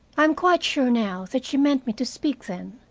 i am quite sure now that she meant me to speak then.